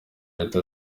leta